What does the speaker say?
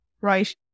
right